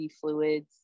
fluids